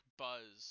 buzz